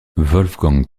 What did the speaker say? wolfgang